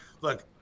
look